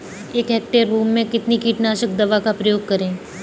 एक हेक्टेयर भूमि में कितनी कीटनाशक दवा का प्रयोग करें?